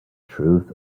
truth